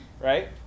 right